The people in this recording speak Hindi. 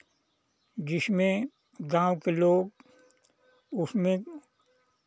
जिसमें गाँव के लोग उसमें